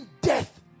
death